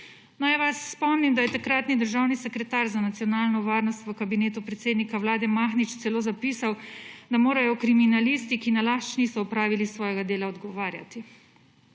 Naj vas spomnim, da je takratni državni sekretar za nacionalno varnost v kabinetu predsednika Vlade Mahnič celo zapisal, da morajo kriminalisti, ki nalašč niso opravili svojega dela, odgovarjati.